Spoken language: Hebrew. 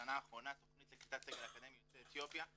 בשנה האחרונה תכנית לקליטת סגל אקדמי יוצאי אתיופיה.